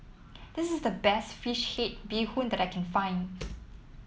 this is the best fish head Bee Hoon that I can find